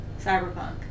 cyberpunk